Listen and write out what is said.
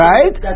Right